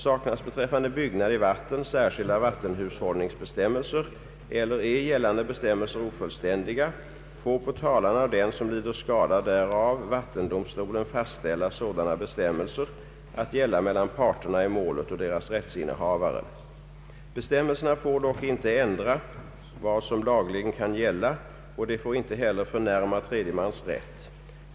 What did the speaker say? Saknas beträffande byggnad i vatten särskilda vattenhushållningsbestämmelser eller är gällande bestämmelser ofullständiga, får på talan av den som lider skada därav vattendomstolen fastställa sådana bestämmelser att gälla mellan parterna i målet och deras rättsinnehavare. Bestämmelserna får dock inte ändra vad som lagligen kan gälla, och de får inte heller förnärma tredje mans rätt.